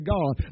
God